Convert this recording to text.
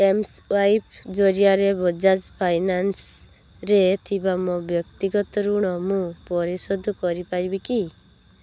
mSwipe ଜରିଆରେ ବଜାଜ ଫାଇନାନ୍ସରେ ଥିବା ମୋ ବ୍ୟକ୍ତିଗତ ଋଣ ମୁଁ ପରିଶୋଧ କରିପାରିବି କି